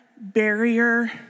barrier